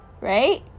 right